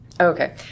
Okay